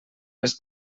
les